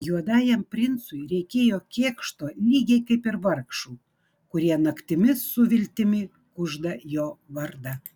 juodajam princui reikėjo kėkšto lygiai kaip ir vargšų kurie naktimis su viltimi kužda jo vardą